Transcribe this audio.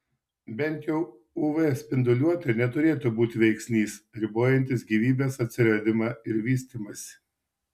bent jau uv spinduliuotė neturėtų būti veiksnys ribojantis gyvybės atsiradimą ir vystymąsi